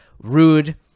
Rude